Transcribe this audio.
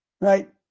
right